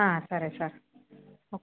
ಹಾಂ ಸರಿ sir oak